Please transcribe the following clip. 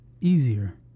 easier